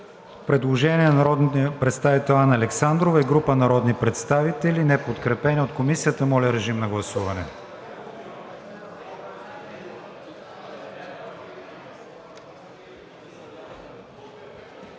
предложение на народния представител Анна Александрова и група народни представители, неподкрепено от Комисията. Гласували